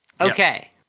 Okay